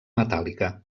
metàl·lica